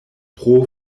pro